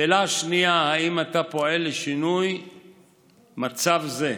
שאלה שנייה, האם אתה פועל לשינוי מצב זה?